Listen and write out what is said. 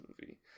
movie